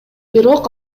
бирок